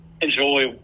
enjoy